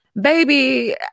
Baby